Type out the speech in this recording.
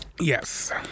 Yes